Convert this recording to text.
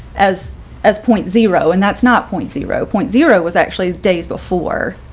as as point zero and that's not point zero point zero was actually days before